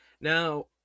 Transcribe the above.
now